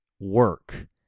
work